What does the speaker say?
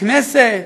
בכנסת,